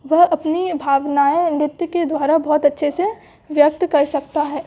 वह अपनी भावनाऍं नृत्य के द्वारा बहुत अच्छे से व्यक्त कर सकता है